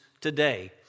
today